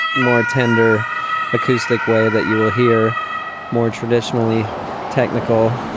more tender acoustic way that you will hear more traditionally technical.